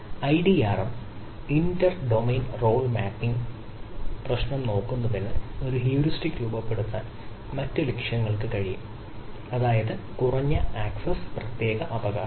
IDRM രൂപപ്പെടുത്താൻ മറ്റ് ലക്ഷ്യങ്ങൾക്ക് കഴിയും അതായത് കുറഞ്ഞ ആക്സസ് പ്രത്യേകാവകാശം